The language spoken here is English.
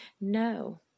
No